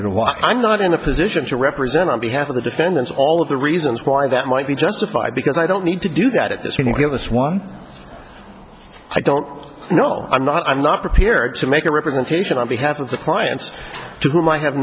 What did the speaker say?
to why i'm not in a position to represent on behalf of the defendants all of the reasons why that might be justified because i don't need to do that at this when we have this one i don't know i'm not i'm not prepared to make a representation on behalf of the clients to whom i have